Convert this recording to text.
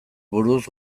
buruz